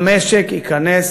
המשק ייכנס